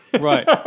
Right